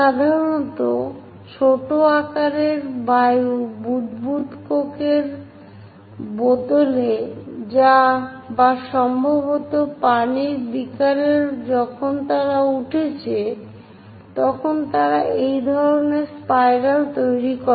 সাধারণত ছোট আকারের বায়ু বুদবুদ কোকের বোতলে বা সম্ভবত পানির বিকারে যখন তারা উঠছে তখন তারা এই ধরণের স্পাইরাল তৈরি করে